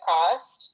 Cost